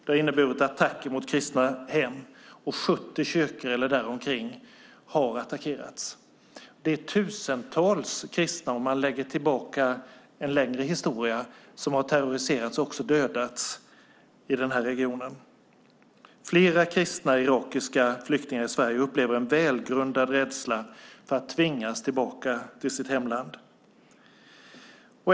Det har inneburit attacker mot kristna hem, och omkring 70 kyrkor har attackerats. Det är tusentals kristna om man ser tillbaka längre i historien som har terroriserats och också dödats i denna region. Flera kristna irakiska flyktingar i Sverige upplever en välgrundad rädsla för att tvingas tillbaka till sitt hemland.